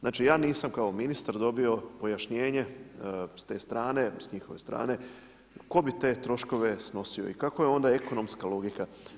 Znači ja nisam kao ministar dobio pojašnjenje s te strane, s njihove strane tko bi te troškove snosio i kakva je onda ekonomska logika.